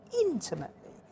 intimately